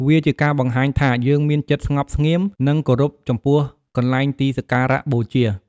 វាជាការបង្ហាញថា យើងមានចិត្តស្ងប់ស្ងៀម និងគោរពចំពោះកន្លែងទីសក្ការៈបូជា។